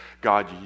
God